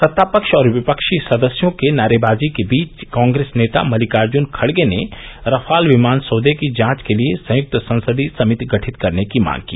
सत्तापक्ष और विपक्षी सदस्यों की नारेबाजी के बीच कांग्रेस नेता मलिकार्जन खड़गे ने रफाल विमान सौदे की जांच के लिए संयुक्त संसदीय समिति गठित करने की मांग की